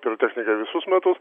pirotechnika visus metus